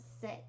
sit